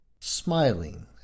smiling